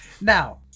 Now